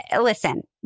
listen